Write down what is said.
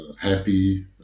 happy